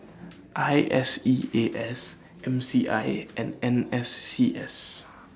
I S E A S M C I A and N S C S